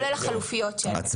החלופיות שלהם.